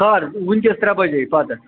کَر وُنکٮ۪س ترٛےٚ بَجے پَتہٕ